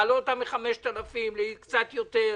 להעלות אותה מ-5,000 שקל לקצת יותר,